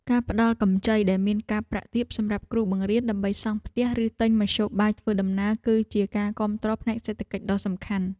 ការផ្តល់កម្ចីដែលមានការប្រាក់ទាបសម្រាប់គ្រូបង្រៀនដើម្បីសង់ផ្ទះឬទិញមធ្យោបាយធ្វើដំណើរគឺជាការគាំទ្រផ្នែកសេដ្ឋកិច្ចដ៏សំខាន់។